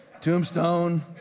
tombstone